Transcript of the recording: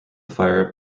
fire